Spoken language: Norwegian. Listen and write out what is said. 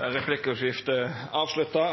Replikkordskiftet er avslutta.